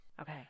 Okay